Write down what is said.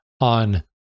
on